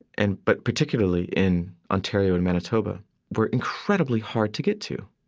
and but particularly in ontario and manitoba were incredibly hard to get to